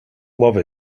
love